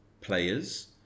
players